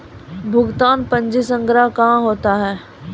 भुगतान पंजी संग्रह कहां होता हैं?